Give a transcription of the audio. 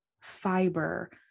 fiber